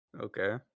Okay